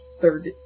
third